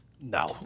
No